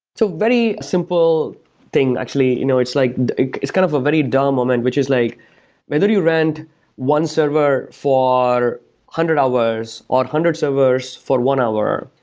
so very simple thing actually. you know it's like it's kind of a very duh um moment, which is like whether you rent one server for hundred hours, or hundred servers for one hour,